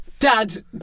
Dad